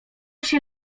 się